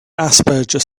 asperger